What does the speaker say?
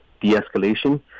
de-escalation